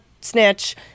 snitch